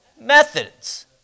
Methods